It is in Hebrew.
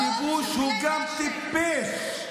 הכיבוש הוא גם טיפש,